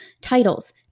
titles